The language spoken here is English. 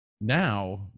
now